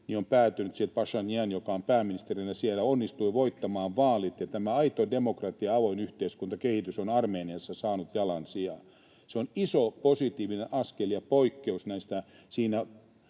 on päättynyt. Pašinjan, joka on pääministerinä siellä, onnistui voittamaan vaalit, ja tämä aito demokratia- ja avoin yhteiskunta ‑kehitys on Armeniassa saanut jalansijaa. Se on iso, positiivinen askel ja poikkeus siinä